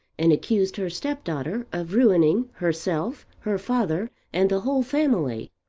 and accused her step-daughter of ruining herself, her father, and the whole family.